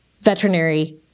veterinary